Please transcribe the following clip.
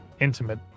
intimate